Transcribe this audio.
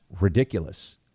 ridiculous